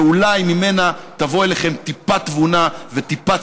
אולי ממנה תבוא אליכם טיפת תבונה וטיפת